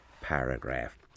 paragraph